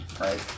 right